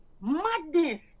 madness